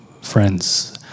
friends